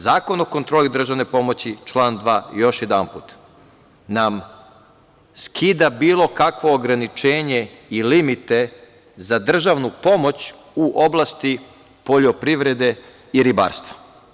Zakon o kontroli državne pomoći, član 2, još jedanput nam skida bilo kakvo ograničenje i limite za državnu pomoć u oblasti poljoprivrede i ribarstva.